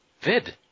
Vid